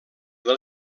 del